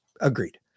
Agreed